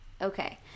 Okay